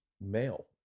male